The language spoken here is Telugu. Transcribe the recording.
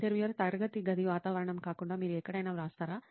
ఇంటర్వ్యూయర్ తరగతి గది వాతావరణం కాకుండా మీరు మరెక్కడైనా వ్రాస్తారా